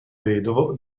vedovo